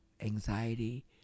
anxiety